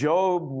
Job